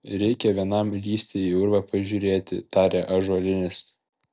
reikia vienam lįsti į urvą pažiūrėti tarė ąžuolinis